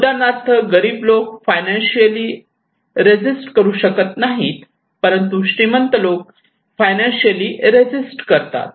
उदाहरणार्थ गरीब लोक फायनान्शिअल रेसिस्ट करू शकत नाही परंतु श्रीमंत लोक फायनान्शिअल रेसिस्ट करतात